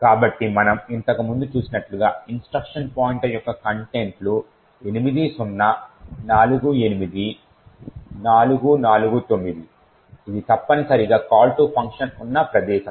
కాబట్టి మనం ఇంతకుముందు చూసినట్లుగా ఇన్స్ట్రక్షన్ పాయింటర్ యొక్క కంటెంట్ లు 8048449 ఇది తప్పనిసరిగా కాల్ టు ఫంక్షన్ ఉన్న ప్రదేశం